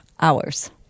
hours